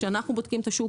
כשאנחנו בודקים את השוק,